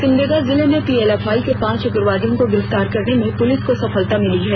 सिमडेगा जिले में पीएलएफआई के पांच उग्रवादियों को गिरफ्तार करने में पुलिस को सफलता मिली है